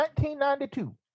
1992